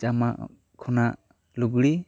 ᱪᱟᱢᱟ ᱠᱷᱚᱱᱟᱜ ᱞᱩᱜᱽᱲᱤ